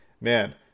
man